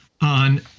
on